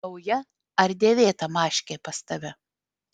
nauja ar dėvėta maškė pas tave